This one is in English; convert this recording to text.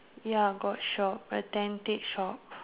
ya got shop a tentage shop